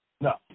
No